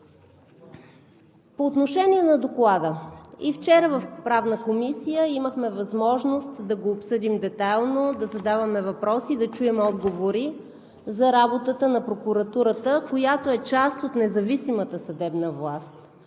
По отношение на Доклада вчера в Правната комисия имахме възможност да го обсъдим детайлно, да задаваме въпроси, да чуем отговори за работата на прокуратурата, която е част от независимата съдебна власт